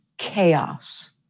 Chaos